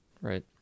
Right